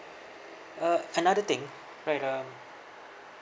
uh another thing right um